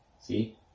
See